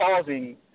causing